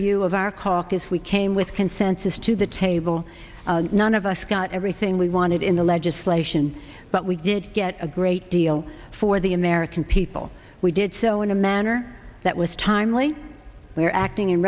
view of our caucus we came with consensus to the table none of us got everything we wanted in the legislation but we did get a great deal for the american people we did so in a manner that was timely we are acting in